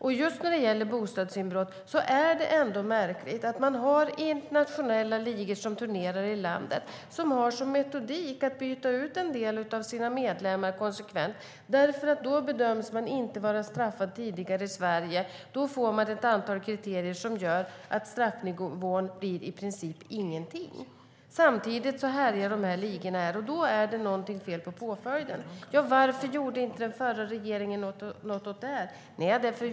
Varför gjorde den förra regeringen inte någonting åt detta?